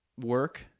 work